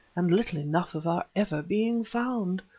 and little enough of our ever being found.